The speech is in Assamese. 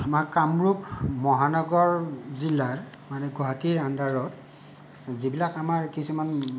আমাৰ কামৰূপ মহানগৰ জিলাৰ মানে গুৱাহাটীৰ আণ্ডাৰত যিবিলাক আমাৰ কিছুমান